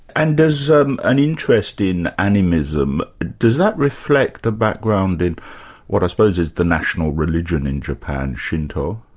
and does an interest in animism does that reflect a background in what i suppose is the national religion in japan, shinto?